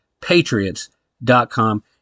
Patriots.com